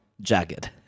Jagged